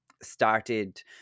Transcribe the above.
started